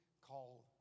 called